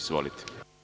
Izvolite.